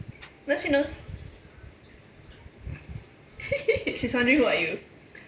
no she knows she's wondering who are you